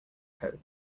coat